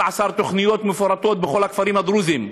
תוכניות מפורטות בכל הכפרים הדרוזיים.